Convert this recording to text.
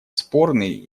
спорный